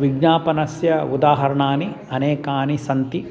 विज्ञापनस्य उदाहरणानि अनेकानि सन्ति